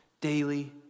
daily